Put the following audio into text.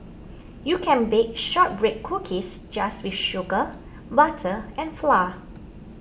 you can bake Shortbread Cookies just with sugar butter and flour